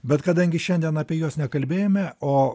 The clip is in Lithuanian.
bet kadangi šiandien apie juos nekalbėjome o